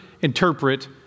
interpret